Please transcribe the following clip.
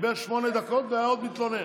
דיבר שמונה דקות ועוד מתלונן.